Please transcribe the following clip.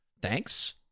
Thanks